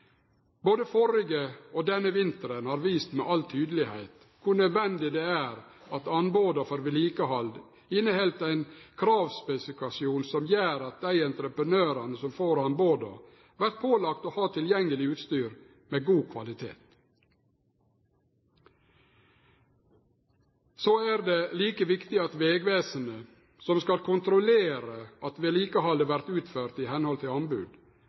Både den førre og denne vinteren har vist med all tydelegheit kor nødvendig det er at anboda for vedlikehald inneheld ein kravspesifikasjon som gjer at dei entreprenørane som får anboda, vert pålagde å ha tilgjengeleg utstyr med god kvalitet. Så er det like viktig at Vegvesenet, som skal kontrollere at vedlikehaldet vert utført i samsvar med anbod,